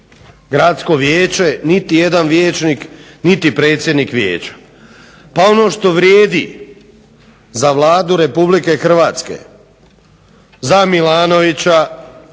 Gradsko vijeće niti jedan vijećnik niti predsjednik vijeća. Pa ono što vrijedi za Vladu RH, za Milanovića